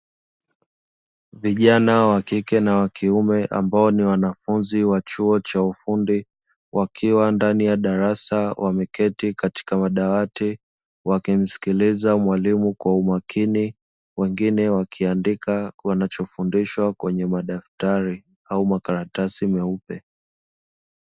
Vijana wakike na wakiume ambao ni wanafunzi wa chuo cha ufundi wakiwa ndani ya darasa, wameketi katika madawati, wakiendelea kumsikiliza mwalimu kwa umakini wengine wakiandika wanacho fundishwa kweye madaftari au makaratasi meupe.